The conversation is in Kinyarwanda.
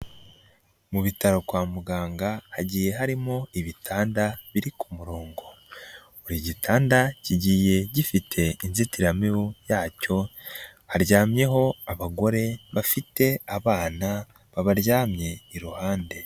Mu bitaro kwa muganga hagiye harimo ibitanda biri ku murongo buri gitanda kigiye gifite inzitiramibu yacyo haryamyeho abagore bafite abana babaryamye iruhande.